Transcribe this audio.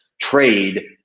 trade